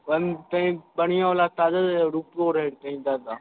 ओहिमे छै बढ़िआँ बाला रूपो रहै तनी जादा